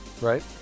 Right